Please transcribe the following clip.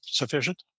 sufficient